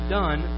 done